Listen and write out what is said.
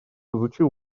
изучил